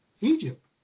Egypt